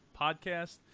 podcast